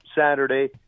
Saturday